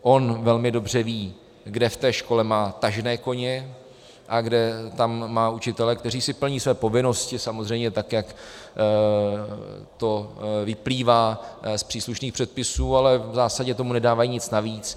On velmi dobře ví, kde v té škole má tažné koně a kde tam má učitele, kteří plní své povinnosti, samozřejmě tak jak vyplývá z příslušných předpisů, ale v zásadě tomu nedávají nic navíc.